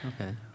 Okay